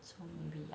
don't really like